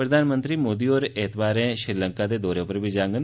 प्रधानमंत्री मोदी होर ऐतवारें श्रीलंका दे दौरे पर जाडन